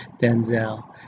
Denzel